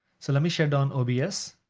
so let me shut down obs.